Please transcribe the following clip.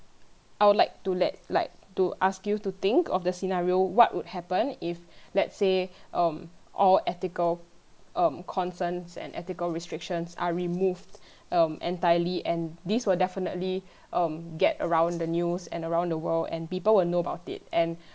I would like to let like to ask you to think of the scenario what would happen if let's say um all ethical um concerns and ethical restrictions are removed um entirely and this would definitely um get around the news and around the world and people will know about it and